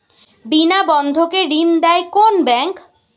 বিনা বন্ধকে ঋণ দেয় কোন ব্যাংক?